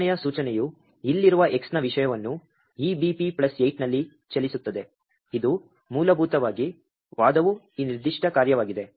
ಮೂರನೆಯ ಸೂಚನೆಯು ಇಲ್ಲಿರುವ X ನ ವಿಷಯವನ್ನು EBP ಪ್ಲಸ್ 8 ನಲ್ಲಿ ಚಲಿಸುತ್ತದೆ ಇದು ಮೂಲಭೂತವಾಗಿ ವಾದವು ಈ ನಿರ್ದಿಷ್ಟ ಕಾರ್ಯವಾಗಿದೆ